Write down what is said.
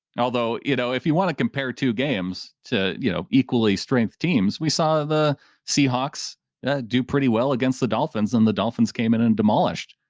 and although, you know if you want to compare two games to, you know equally strength teams, we saw the seahawks do pretty well against the dolphins and the dolphins came in and demolished.